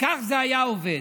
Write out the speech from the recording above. כך זה היה עובד.